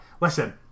listen